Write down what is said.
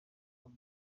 muri